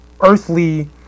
earthly